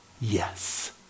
Yes